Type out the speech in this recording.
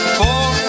four